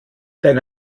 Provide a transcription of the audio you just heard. dein